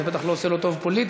זה בטח לא עושה לו טוב פוליטית,